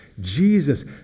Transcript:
Jesus